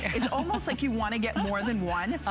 is almost like you want to get more than one.